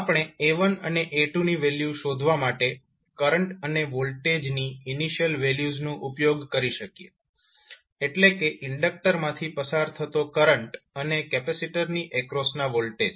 આપણે A1 અને A2 ની વેલ્યુ શોધવા માટે કરંટ અને વોલ્ટેજની ઇનિશિયલ વેલ્યુઝનો ઉપયોગ કરી શકીએ એટલે કે ઇન્ડક્ટર માંથી પસાર થતો કરંટ અને કેપેસિટરની એક્રોસના વોલ્ટેજ